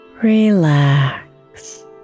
Relax